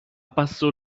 passo